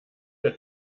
der